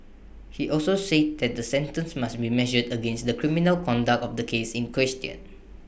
he also said that the sentence must be measured against the criminal conduct of the case in question